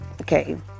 Okay